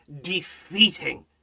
defeating